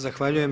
Zahvaljujem.